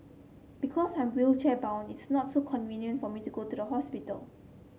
because I'm wheelchair bound it's not so convenient for me to go to the hospital